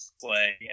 play